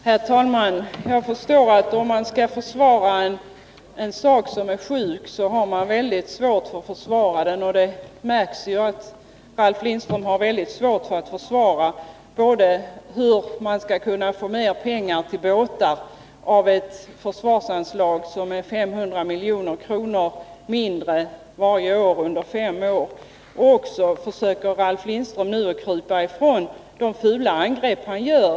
Herr talman! Jag förstår att det är svårt att försvara en sak som är sjuk. Det märks att Ralf Lindström har väldigt svårt att försvara kravet på mer pengar till båtar från ett försvarsanslag som blir 500 milj.kr. mindre för varje år under fem år. Ralf Lindström försöker också krypa ifrån de fula angrepp han gör.